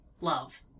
love